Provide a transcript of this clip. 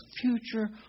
future